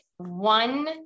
One